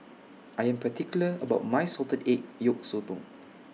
I Am particular about My Salted Egg Yolk Sotong